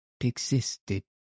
existed